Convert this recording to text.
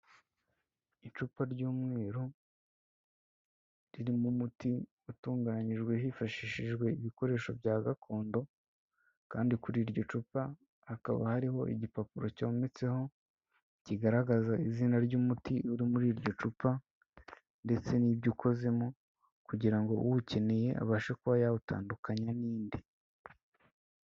Icupa ry'umweru ririmo umuti utunganyijwe hifashishijwe ibikoresho bya gakondo, kandi kuri iryo cupa hakaba hariho igipapuro cyometseho kigaragaza izina ry'umuti uri muri iryo cupa ndetse n'ibyo ukozemo, kugira ngo uwukeneye abashe kuba yawutandukanya n'indi.